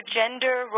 gender